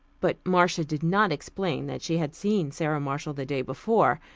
but marcia did not explain that she had seen sara marshall the day before,